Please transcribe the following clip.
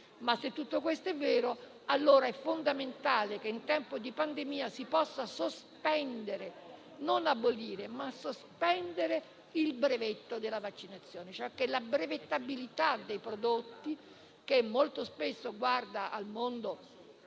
Se tutto questo è vero, allora è fondamentale che in tempo di pandemia si possa sospendere - non abolire, ma sospendere - il brevetto della vaccinazione. A proposito dunque della brevettabilità dei prodotti, che molto spesso guarda anche